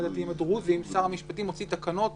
הדתיים הדרוזיים שר המשפטים הוציא תקנות